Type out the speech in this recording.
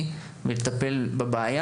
המודיעיני ולטפל בבעיה.